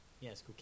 Yes